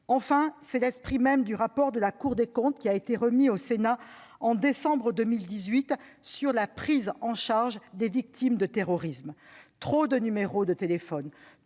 victimes, c'est l'esprit même du rapport de la Cour des comptes qui a été remis au Sénat en décembre 2018 sur la prise en charge des victimes de terrorisme. Celui-ci a montré